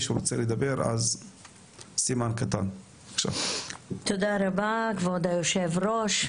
תודה רבה כבוד היושב-ראש.